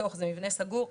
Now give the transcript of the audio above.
זה מבנה סגור,